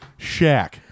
Shaq